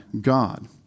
God